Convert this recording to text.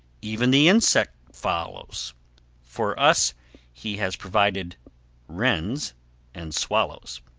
even the insects follows for us he has provided wrens and swallows.